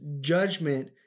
judgment